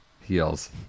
heels